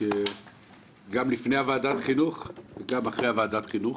גם לפני ועדת חינוך,